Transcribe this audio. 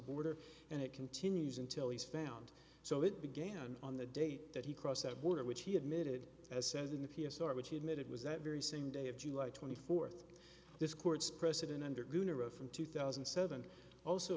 border and it continues until he's found so it began on the date that he crossed the border which he admitted as says in the p s r which he admitted was that very same day of july twenty fourth this court's precedent under gooner of from two thousand and seven also